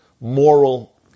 moral